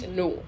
no